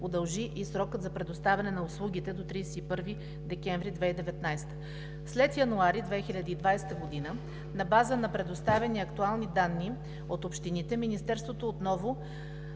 удължи и срока за предоставяне на услугите до 31 декември 2019 г. След месец януари 2020 г., на база на предоставени актуални данни от общините, Министерството отново